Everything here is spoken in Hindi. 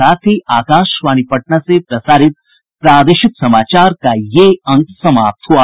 इसके साथ ही आकाशवाणी पटना से प्रसारित प्रादेशिक समाचार का ये अंक समाप्त हुआ